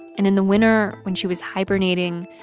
and in the winter when she was hibernating,